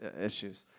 issues